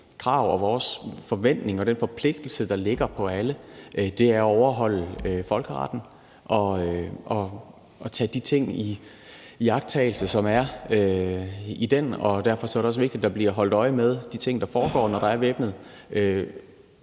krav og vores forventning og den forpligtelse, der påhviler alle, er at overholde folkeretten og iagttage de ting, som er i den. Derfor er det også vigtigt, at der bliver holdt øje med de ting, der foregår, når der er væbnet